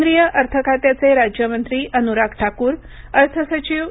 केंद्रीय अर्थ खात्याचे राज्यमंत्री अनुराग ठाकूर अर्थ सचिव डॉ